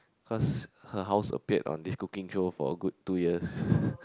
cause her house appeared on this cooking show for a good two years